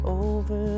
over